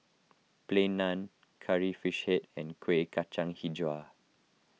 Plain Naan Curry Fish Head and Kueh Kacang HiJau